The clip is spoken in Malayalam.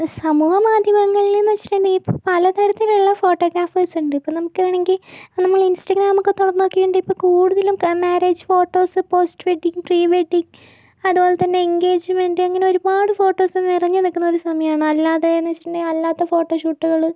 സമൂഹ മാധ്യമങ്ങളിലെന്ന് വെച്ചിട്ടുണ്ടെങ്കിൽ ഇപ്പം പലതരത്തിലുള്ള ഫോട്ടോഗ്രാഫേഴ്സുണ്ട് ഇപ്പോൾ നമുക്ക് വേണമെങ്കിൽ നമ്മള് ഇൻസ്റ്റഗ്രാമൊക്കെ തുറന്നു നോക്കിട്ടുണ്ടെങ്കിൽ ഇപ്പം കൂടുതലും marriage photos post wedding pre wedding അതുപോലെ തന്നെ എൻഗേജ്മെൻ്റ് അങ്ങനെ ഒരുപാട് ഫോട്ടോസ് നിറഞ്ഞു നിൽക്കുന്നൊരു സമയാണ് അല്ലാതെന്നു വെച്ചിട്ടുണ്ടെങ്കിൽ അല്ലാത്ത ഫോട്ടോ ഷൂട്ട്കള്